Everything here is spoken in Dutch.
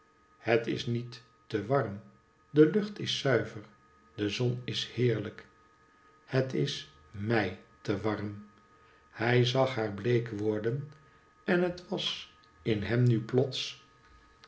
het is niet te warm de lucht is zuiver de zon is heerlijk het is mij te warm hij zag haar bleek worden en het was in hem nu plots